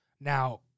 Now